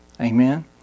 Amen